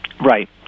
Right